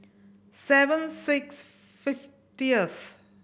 seven six fiftieth